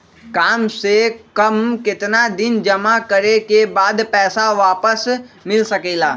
काम से कम केतना दिन जमा करें बे बाद पैसा वापस मिल सकेला?